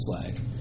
flag